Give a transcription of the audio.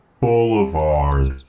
Boulevard